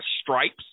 stripes